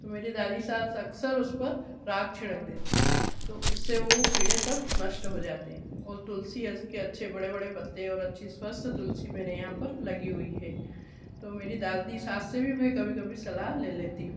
तो मेरी दादी सास अक्सर उस पर राख छिड़क देती है तो उससे वह कीड़े सब नष्ट हो जाते हैं और तुलसी ए के अच्छे बड़े बड़े पत्ते और अच्छी स्वस्थ तुलसी मेरे यहाँ पर लगी हुई है तो मेरी दादी सास से भी मैं कभी कभी सलाह ले लेती हूँ